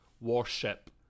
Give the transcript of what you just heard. warship